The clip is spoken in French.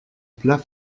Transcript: plat